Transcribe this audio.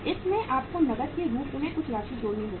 इसमें आपको नकद के रूप में कुछ राशि जोड़नी होगी